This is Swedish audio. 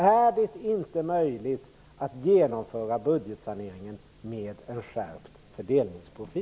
Är det inte möjligt att genomföra en budgetsanering med en skärpt fördelningsprofil?